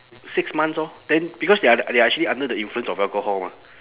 six months orh then because they are they are actually under the influence of alcohol mah